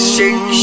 Shake